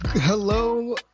Hello